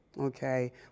Okay